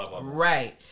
right